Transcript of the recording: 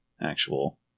actual